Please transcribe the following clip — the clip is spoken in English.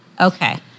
Okay